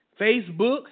Facebook